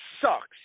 sucks